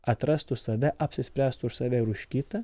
atrastų save apsispręstų už save ir už kitą